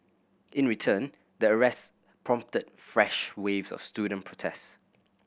in return the arrest prompted fresh waves of student protest